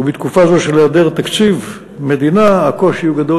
ובתקופה זו של היעדר תקציב מדינה הקושי הוא גדול.